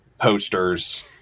posters